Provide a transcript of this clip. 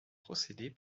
procéder